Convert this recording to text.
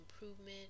improvement